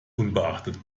unbeachtet